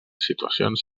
situacions